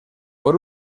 por